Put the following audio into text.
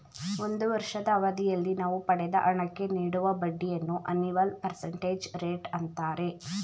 ಒಂದು ವರ್ಷದ ಅವಧಿಯಲ್ಲಿ ನಾವು ಪಡೆದ ಹಣಕ್ಕೆ ನೀಡುವ ಬಡ್ಡಿಯನ್ನು ಅನಿವಲ್ ಪರ್ಸೆಂಟೇಜ್ ರೇಟ್ ಅಂತಾರೆ